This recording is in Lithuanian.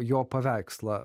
jo paveikslą